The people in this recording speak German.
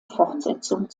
fortsetzung